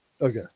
Okay